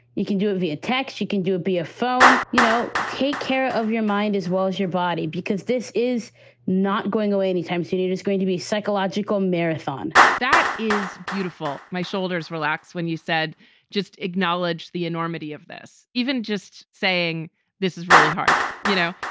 you can do the attack. she can do it. be a phone, you know, take care of your mind as well as your body, because this is not going away any time soon. it is going to be psychological marathon. that is beautiful my shoulders relax. when you said just acknowledge the enormity of this, even just saying this is really hard. you know,